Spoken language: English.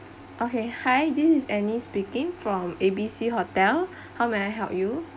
okay hi this is annie speaking from A_B_C hotel how may I help you